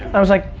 i was like,